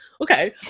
okay